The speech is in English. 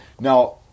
now